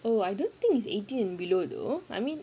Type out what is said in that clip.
oh I don't think is eighteen and below though I mean